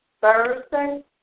Thursday